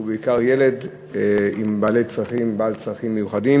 ובעיקר ילד בעל צרכים מיוחדים,